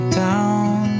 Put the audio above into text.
down